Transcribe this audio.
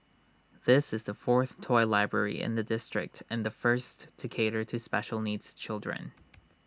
this is the fourth toy library in the district and the first to cater to special needs children